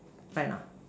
right or not